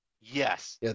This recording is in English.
yes